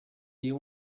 you